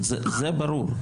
ברור,